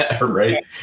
right